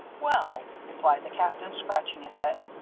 well, replied the captain, scratching his head,